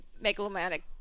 megalomaniac